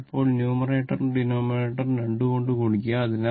അതിനാൽ ഇപ്പോൾ ന്യൂമറേറ്ററും ഡിനോമിനേറ്ററും 2 കൊണ്ട് ഗുണിക്കുക